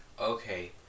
Okay